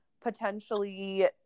potentially